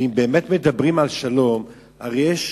ואם באמת מדברים על שלום, הרי יש